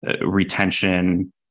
retention